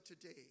today